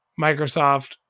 Microsoft